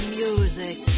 music